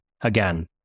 again